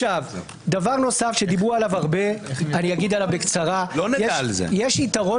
דבר נוסף שדיברו עליו הרבה ואני אגיד אותו בקצרה: יש יתרון